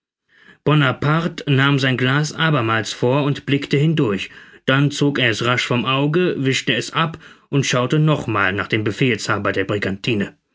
bonaparte nahm sein glas abermals vor und blickte hindurch dann zog er es rasch vom auge wischte es ab und schaute noch einmal nach dem befehlshaber der brigantine